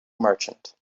merchant